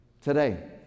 today